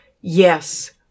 Yes